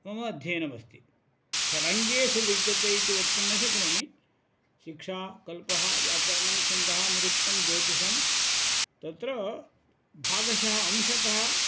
मम अध्ययनमस्ति षडङ्गेषु विद्यते इति वक्तुं न शक्नोमि शिक्षा कल्पः व्याकरणं छन्दः निरुक्तं ज्यौतिषं तत्र भागशः अंशतः